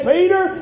Peter